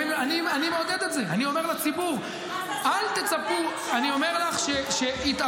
אבל אתה לא יכול להפקיר את הזירה,